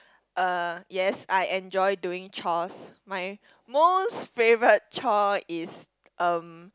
uh yes I enjoy doing chores my most favourite chore is um